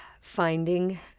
finding